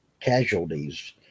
casualties